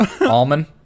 Almond